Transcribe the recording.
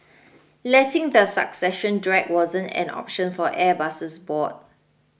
letting the succession drag wasn't an option for Airbus's board